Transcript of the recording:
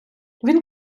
він